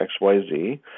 XYZ